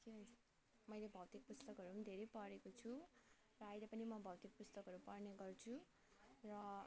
के भन्छ मैले भौतिक पुस्तकहरू धेरै पढेको छु र अहिले पनि म भौतिक पुस्तकहरू पढ्ने गर्छु र